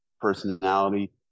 personality